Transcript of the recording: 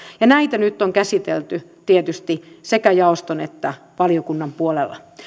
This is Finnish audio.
ja näitä nyt on käsitelty tietysti sekä jaoston että valiokunnan puolella